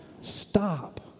stop